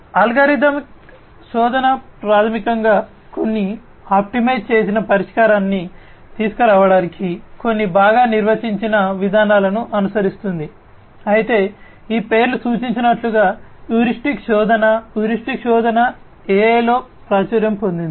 algorithmic శోధన ప్రాథమికంగా కొన్ని ఆప్టిమైజ్ చేసిన పరిష్కారాన్ని తీసుకురావడానికి కొన్ని బాగా నిర్వచించిన విధానాలను అనుసరిస్తుంది అయితే ఈ పేరు సూచించినట్లుగా హ్యూరిస్టిక్ శోధన హ్యూరిస్టిక్ శోధన AI లో ప్రాచుర్యం పొందింది